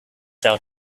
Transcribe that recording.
sell